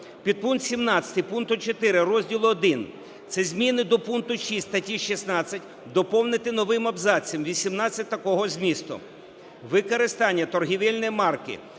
Підпункт 17 пункту 4 розділу І, це зміни до пункту 6 статті 16, доповнити новим абзацом 18 такого змісту: "Використання торгівельної марки